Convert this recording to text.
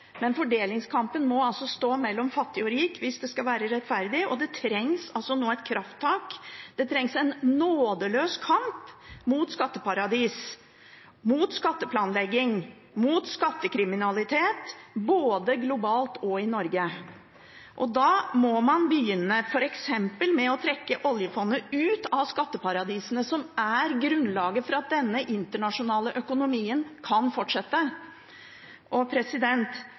Men fordelingskampen må altså stå mellom fattig og rik hvis det skal være rettferdig, og det trengs nå et krafttak, det trengs en nådeløs kamp mot skatteparadis, mot skatteplanlegging, mot skattekriminalitet – både globalt og i Norge. Da må man f.eks. begynne med å trekke oljefondet ut av skatteparadisene, som er grunnlaget for at denne internasjonale økonomien kan fortsette.